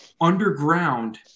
underground